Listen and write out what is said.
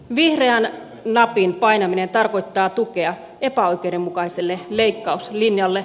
vihreän napin painaminen tarkoittaa tukea epäoikeudenmukaiselle leikkauslinjalle